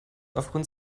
aufgrund